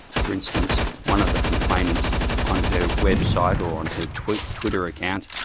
for instance, one of the complainants on her website, or on her twitter twitter account